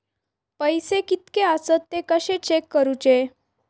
पैसे कीतके आसत ते कशे चेक करूचे?